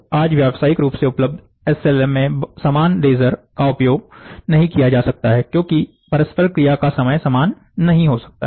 आज व्यवसायिक रूप से उपलब्ध एस एल एम में समान लेजर का उपयोग नहीं किया जा सकता है क्योंकि परस्पर क्रिया का समय समान नहीं हो सकता है